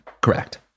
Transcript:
Correct